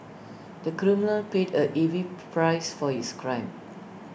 the criminal paid A heavy price for his crime